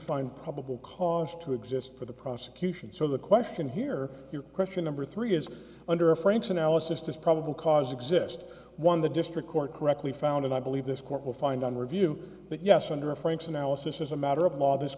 find probable cause to exist for the prosecution so the question here you're question number three is under frank's analysis just probable cause exist one the district court correctly found and i believe this court will find on review that yes under frank's analysis as a matter of law this